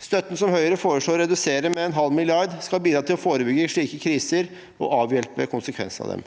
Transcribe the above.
Støtten som Høyre foreslår å redusere med en halv milliard, skal bidra til å forebygge slike kriser og avhjelpe konsekvensene av dem.